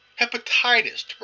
hepatitis